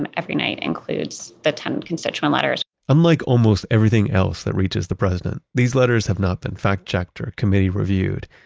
and every night includes the ten constituent letters unlike almost everything else that reaches the president, these letters have not been fact-checked or committee reviewed.